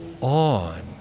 on